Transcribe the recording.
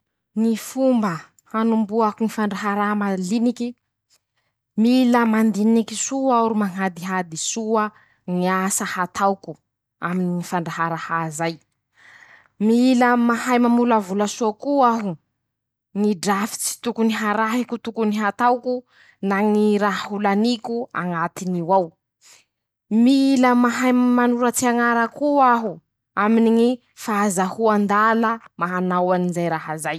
Ñy fomba hanombohako ñy fandraharaha maliniky: -Mila mandiniky soa aho ro mañadihady soa ñy asa ataoko aminy ñy fandraharaha zay. -Mila mahay mamolavola soa koa aho ñy drafits'asa tokony arahiko, tokony ataoko na ñy raha ho laniko añatin'io ao, mila mahay manoratsy añarako aho aminy ñy fahazoandala manao aniraha <...>.